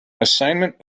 assignment